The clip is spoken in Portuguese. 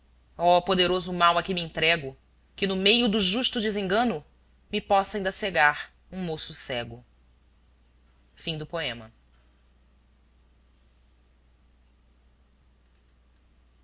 poderoso mal a que me entrego que no meio do justo desengano me possa inda cegar um moço cego